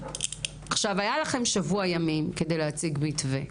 עכשיו, היה לכם שבוע ימים כדי להציג מתווה.